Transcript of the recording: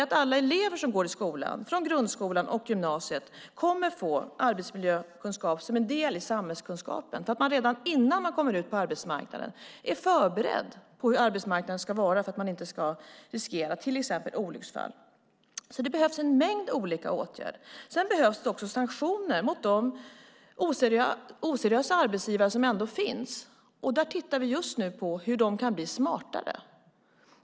Alla elever som går i skolan, på grundskolan och gymnasiet, kommer att få arbetsmiljökunskap som en del i samhällskunskapen, så att man redan innan man kommer ut på arbetsmarknaden är förberedd på hur arbetsmarknaden ska vara för att man inte ska riskera till exempel olycksfall. Det behövs alltså en mängd olika åtgärder. Det behövs också sanktioner mot de oseriösa arbetsgivare som ändå finns. Vi tittar just nu på hur de kan bli smartare.